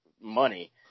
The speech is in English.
money